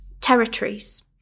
territories